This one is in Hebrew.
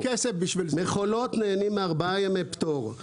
מכולות נהנות מארבעה ימי פטור.